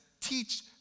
Teach